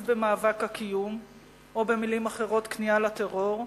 במאבק הקיום או במלים אחרות כניעה לטרור,